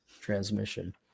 transmission